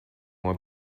uma